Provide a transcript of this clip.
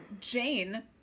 Jane